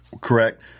Correct